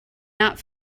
not